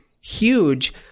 huge